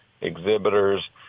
exhibitors